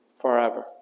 forever